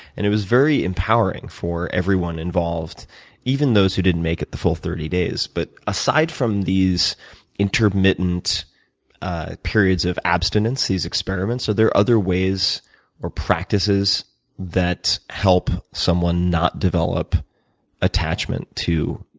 and it was very empowering for everyone involved even those who didn't make it the full thirty days. but aside from these intermittent periods of abstinence, these experiments, are there other ways or practices that help someone not develop attachment to